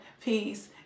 peace